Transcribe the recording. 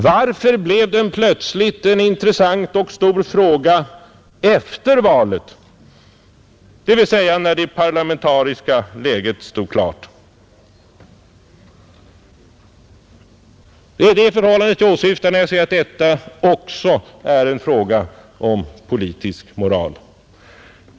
Varför blev den frågan plötsligt intressant och stor efter valet, dvs. när det parlamentariska läget stod klart? Det är det förhållandet som jag åsyftar när jag säger att detta också är en fråga om politisk moral.